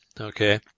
Okay